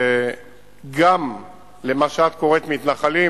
גם למי שאת קוראת "מתנחלים",